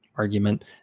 argument